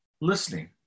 Listening